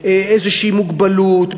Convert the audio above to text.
איזושהי מוגבלות,